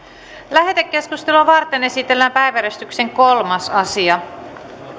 lähetekeskustelua varten esitellään päiväjärjestyksen kolmas asia